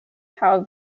have